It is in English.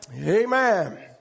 Amen